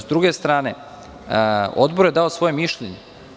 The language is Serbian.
S druge strane, Odbor je dao svoje mišljenje.